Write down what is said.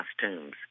costumes